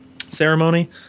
ceremony